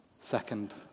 Second